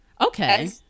Okay